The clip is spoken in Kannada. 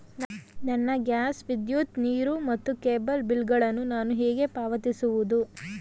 ನನ್ನ ಗ್ಯಾಸ್, ವಿದ್ಯುತ್, ನೀರು ಮತ್ತು ಕೇಬಲ್ ಬಿಲ್ ಗಳನ್ನು ನಾನು ಹೇಗೆ ಪಾವತಿಸುವುದು?